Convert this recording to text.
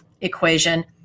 equation